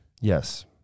Yes